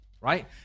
right